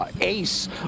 ace